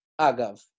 Agav